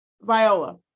Viola